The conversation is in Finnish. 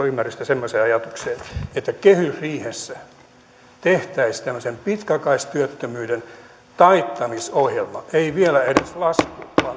ymmärrystä semmoiseen ajatukseen että kehysriihessä tehtäisiin pitkäaikaistyöttömyyden taittamisohjelma ei vielä edes lasku